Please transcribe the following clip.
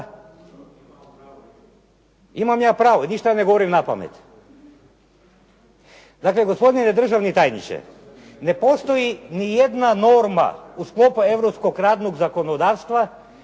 Imam ja pravo, ništa ne govorim napamet. Dakle, gospodine državni tajniče, ne postoji nijedna norma u sklopu Europskog radnog zakonodavstva